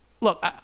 look